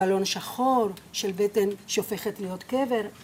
‫בלון שחור של בטן שהופכת להיות קבר.